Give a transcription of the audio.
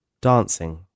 Dancing